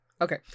Okay